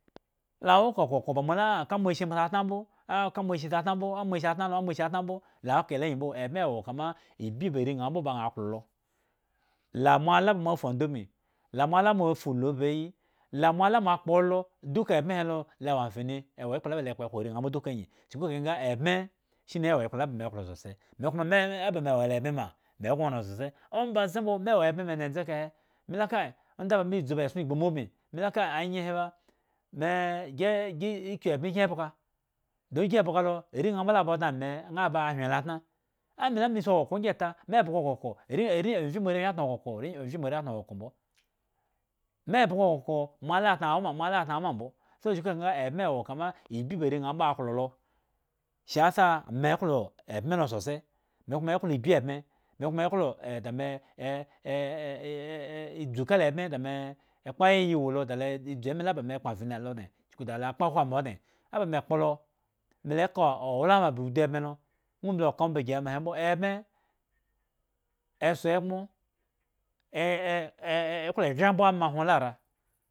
La wo okoko ba ma tha shin mo sa atna mbo a ka mo shin sa tna mbo mo shin thna lo a shin thambo la wo eka lo nyi mbo eme kama ibyi ba areaa mbo ba aa klo lo laa moala ba mo fo odan bmi laa moala mo fuulu vbeyi laa moa la mo kpo olo duka ebme he lo la wo amfani lee ekplo la ba le kpohwo areaa mbo nyi chuku kahe nga ebme shinawo ekpla la ba me klo sosai me kuma me e wola ebme ma me no oran sosai omba ze mbo me wo la ebme ndzendze kahe me lu ma kai onda ba me esson fau ba gbu me ugun me lu kai anyehe ba me e gi kyu ebme ma e bga dun gi e bga lo are aa mbo la ba odne ame yen lo tnaame la me si koko nyi taa me bga okoko ari air mvye moarewhi atna okoko o mvye moare tna koko mbo me bya okoka mo ala tna wo ma mo ala tna wo mu mbo so chuku kahe nga ebme wo mama ibyi ba are aa mbo aklo lo shi yasa me klo ebme lo sosai me kuma e klo ibyi ebme me kuma eda dzu kala ebme da me kp ayaya wa lo d lo dzu ema la ba me kpo am fani la lo odne cuku da lo kpohwo me odne aba me kpo lo me ka owlma ba udu ebme lo no mbli oka mba gi wo ma he ebme e saa egmo klo gre ama hwon.